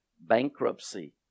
bankruptcy